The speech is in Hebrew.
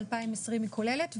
2020 היא כוללת.